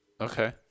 Okay